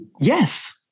yes